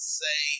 say